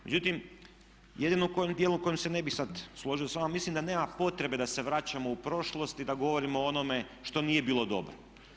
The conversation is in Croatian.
Međutim, jedino u dijelu u kojem se ne bih sad složio s vama mislim da nema potrebe da se vraćamo u prošlost i da govorimo o onome što nije bilo dobro.